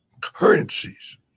currencies